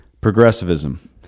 Progressivism